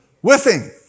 Whiffing